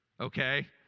Okay